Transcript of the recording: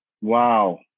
Wow